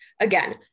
Again